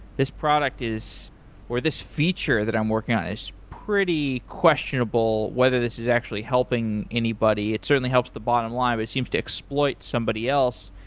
this product is or this feature that i'm working on is pretty questionable whether this is actually helping anybody. it's certainly helps the bottom line, but seems to exploit somebody else.